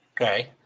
Okay